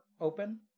open